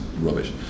rubbish